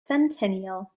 centennial